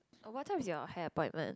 oh what time is your hair appointment